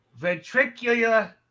Ventricular